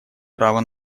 право